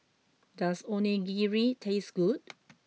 does Onigiri taste good